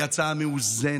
היא הצעה מאוזנת.